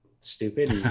stupid